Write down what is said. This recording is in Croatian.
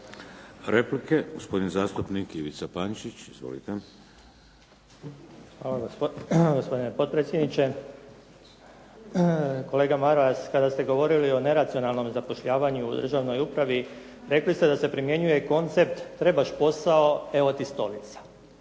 Replike. Gospodin zastupnik Ivica Pančić. Izvolite. **Pančić, Ivica (SDP)** Hvala, gospodine potpredsjedniče. Kolega Maras, kada ste govorili o neracionalnom zapošljavanju u državnoj upravi, rekli ste da se primjenjuje koncept "trebaš posao, evo ti stolica."